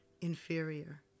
inferior